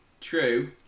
True